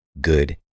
Good